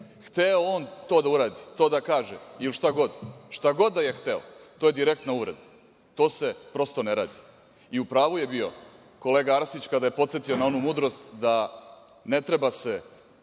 Hteo on to da uradi, to da kaže, ili šta god da je hteo to je direktna uvreda. To se prosto ne radi.U pravu je bio kolega Arsić, kada je podsetio na onu mudrost, da „Ne treba se